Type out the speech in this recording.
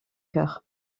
cœur